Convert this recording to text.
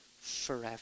forever